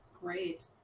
great